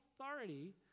authority